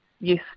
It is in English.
yes